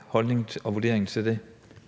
holdning til og vurdering af det?